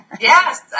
Yes